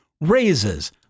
raises